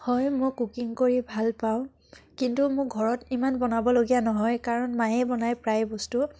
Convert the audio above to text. হয় মই কুকিং কৰি ভাল পাওঁ কিন্তু মোৰ ঘৰত ইমান বনাবলগীয়া নহয় কাৰণ মায়েই বনাই প্ৰায় বস্তু